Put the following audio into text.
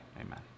Amen